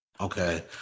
okay